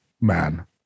man